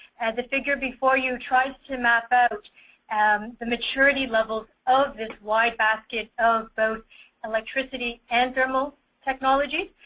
the figure before you tries to mapped out um the maturity levels of this wide basket of both electricity and thermal technology,